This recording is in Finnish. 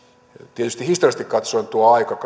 tietysti historiallisesti katsoen tuo aika